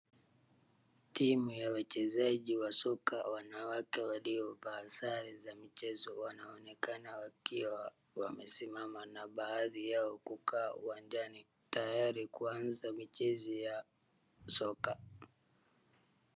Timu ya wachezaji wa soka wanawake waliovaa sare za michezo wanaonekana wakiwa wamesimama na baadhi yao kukaa uwanjani tayari kuanza michezo ya soka.